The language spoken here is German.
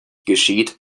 geschieht